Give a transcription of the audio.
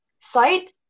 site